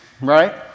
Right